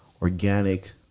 organic